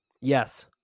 yes